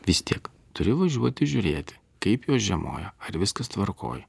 vis tiek turi važiuoti žiūrėti kaip jos žiemoja ar viskas tvarkoj